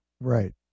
Right